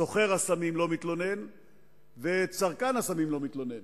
סוחר הסמים לא מתלונן וצרכן הסמים לא מתלונן.